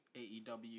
AEW